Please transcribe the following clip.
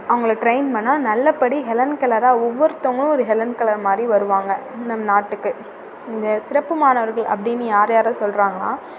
அவங்களை ட்ரெய்ன் பண்ணால் நல்லபடியா ஹெலன் கெல்லராக ஒவ்வொருத்தங்களும் ஒரு ஹெலன் கெல்லர் மாதிரி வருவாங்க நம் நாட்டுக்கு இங்கே சிறப்பு மாணவர்கள் அப்படீன்னு யார் யாரை சொல்கிறாங்கன்னா